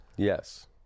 Yes